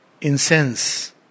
incense